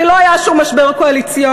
הרי לא היה שום משבר קואליציוני.